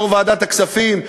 יושב-ראש ועדת הכספים,